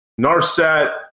Narset